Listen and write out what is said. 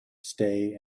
stay